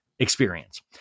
Experience